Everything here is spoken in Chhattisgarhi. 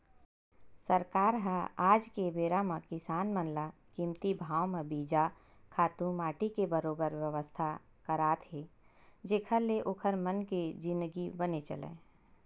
सरकार ह आज के बेरा म किसान मन ल कमती भाव म बीजा, खातू माटी के बरोबर बेवस्था करात हे जेखर ले ओखर मन के जिनगी बने चलय